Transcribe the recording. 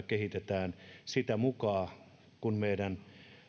kehitetään sitä mukaa kuin meidän